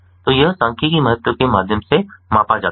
तो यह सांख्यिकीय महत्व के माध्यम से मापा जाता है